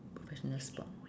professional spot